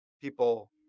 people